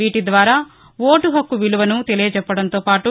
వీటి ద్వారా ఓటు హక్కు విలువను తెలియజెప్పడంతో పాటు